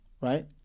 right